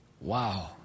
Wow